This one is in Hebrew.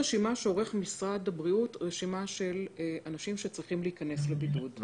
משרד הבריאות עורך רשימה של אנשים שצריכים להיכנס לבידוד.